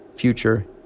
future